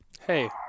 hey